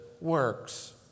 works